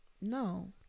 No